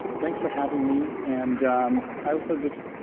thanks for having me. and i also just